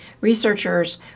researchers